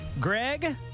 Greg